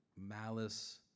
malice